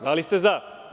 Da li ste za?